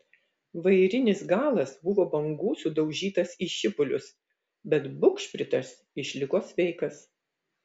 vairinis galas buvo bangų sudaužytas į šipulius bet bugšpritas išliko sveikas